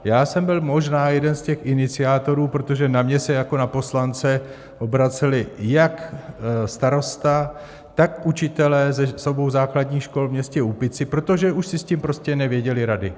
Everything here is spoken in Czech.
Já jsem byl možná jeden z těch iniciátorů, protože na mě se jako na poslance obraceli jak starosta, tak učitelé z obou základních škol ve městě Úpici, protože už si s tím prostě nevěděli rady.